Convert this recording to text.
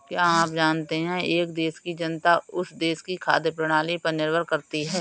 क्या आप जानते है एक देश की जनता उस देश की खाद्य प्रणाली पर निर्भर करती है?